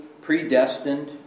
predestined